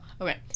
Okay